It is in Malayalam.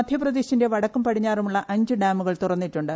മധ്യപ്രദേശിന്റെ വടക്കും പടിഞ്ഞാറുമുള്ള അഞ്ച് ഡാമുകൾ തുറന്നിട്ടുണ്ട്